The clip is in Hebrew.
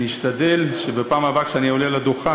אני אשתדל שבפעם הבאה כשאעלה על הדוכן,